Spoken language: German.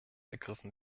ergriffen